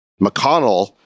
McConnell